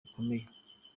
gukomeye